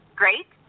great